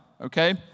okay